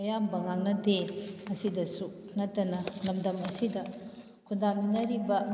ꯑꯌꯥꯝꯕ ꯉꯥꯡꯅꯗꯦ ꯑꯁꯤꯇꯁꯨ ꯅꯠꯇꯅ ꯂꯝꯗꯝ ꯑꯁꯤꯗ ꯈꯨꯟꯗꯥꯃꯤꯟꯅꯔꯤꯕ